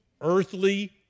earthly